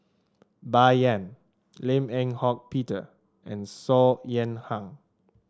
Bai Yan Lim Eng Hock Peter and Saw Ean Ang